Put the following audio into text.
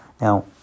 Now